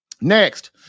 Next